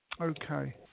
okay